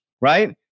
right